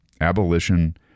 Abolition